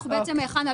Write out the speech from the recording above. אנחנו בעצם חנה,